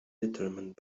determined